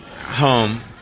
home